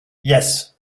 yes